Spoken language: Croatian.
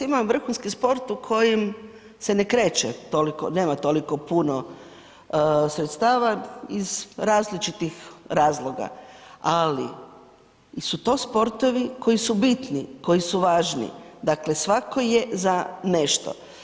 Ima vrhunski sport u kojim se ne kreće nema toliko puno sredstava iz različitih razloga, ali su to sportovi koji su bitni, koji su važni, dakle svako je za nešto.